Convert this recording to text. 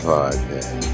Podcast